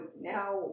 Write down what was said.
now